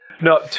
No